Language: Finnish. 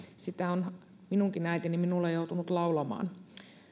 sitä on minunkin äitini minulle joutunut laulamaan